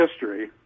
history